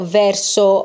verso